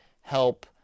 help